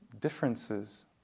differences